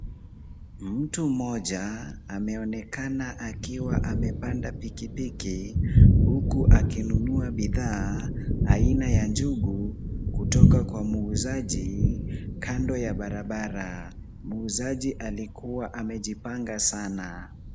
Mtu mmoja ameonekana akiwa amepanda pikipiki, huku akinunua bidhaa, aina ya jugu kutoka kwa muuzaji, kando ya barabara. Muuzaji alikuwa amejipanga sana.